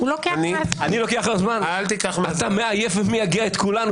אתה מייגע את כולנו.